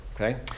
okay